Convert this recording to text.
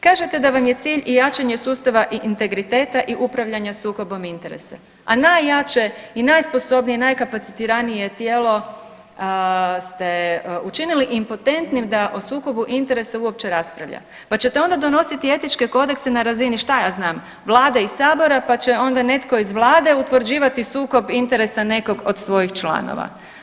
Kažete da vam je cilj i jačanje sustava integriteta i upravljanja sukobom interesa, a najjače i najsposobnije i najkapacitiranije tijelo ste učinili impotentnim da o sukobu interesa uopće raspravlja, pa ćete onda donositi etičke kodekse na razini šta ja znam, vlade i sabora pa će onda netko iz vlade utvrđivati sukob interesa nekog od svojih članova.